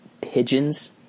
Pigeons